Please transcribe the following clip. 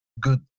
good